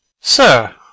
Sir